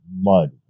mud